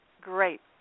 great